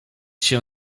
się